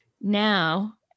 now